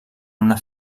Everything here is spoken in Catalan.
una